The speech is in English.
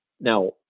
Now